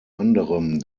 anderem